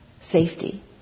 safety